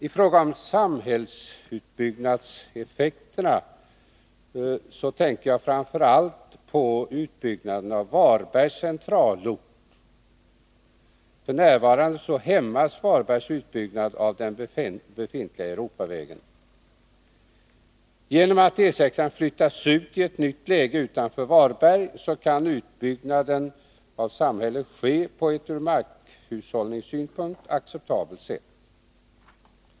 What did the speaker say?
I fråga om samhällsutbyggnadseffekterna tänker jag framför allt på utbyggnaden av Varbergs centralort. F. n. hämmas Varbergs utbyggnad av den befintliga Europavägen. Genom att denna flyttas ut i ett nytt läge utanför Varberg kan utbyggnaden av samhället ske på ett ur markhushållningssynpunkt acceptabelt sätt.